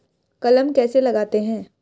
कलम कैसे लगाते हैं?